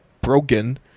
broken